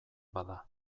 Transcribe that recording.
bada